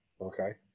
okay